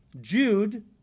Jude